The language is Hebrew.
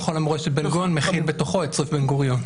המכון למורשת בן-גוריון מכיל בתוכו את צריף בן-גוריון.